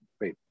wait